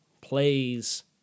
plays